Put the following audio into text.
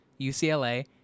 ucla